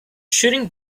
shooting